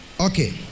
Okay